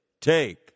take